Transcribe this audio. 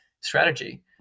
strategy